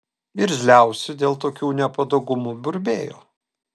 irzliausi dėl tokių nepatogumų burbėjo